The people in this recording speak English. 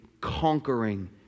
conquering